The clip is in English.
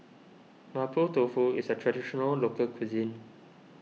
Mapo Tofu is a Traditional Local Cuisine